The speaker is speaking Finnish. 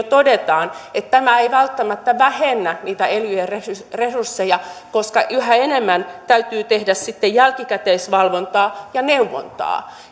todetaan että tämä ei välttämättä vähennä niitä elyjen resursseja resursseja koska yhä enemmän täytyy tehdä sitten jälkikäteisvalvontaa ja neuvontaa